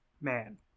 Man